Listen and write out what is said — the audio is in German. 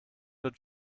wird